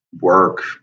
work